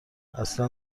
اصلا